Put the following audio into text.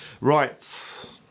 Right